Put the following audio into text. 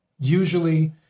usually